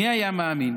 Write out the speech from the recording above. מי היה מאמין?